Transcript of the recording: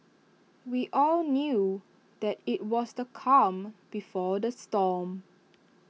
we all knew that IT was the calm before the storm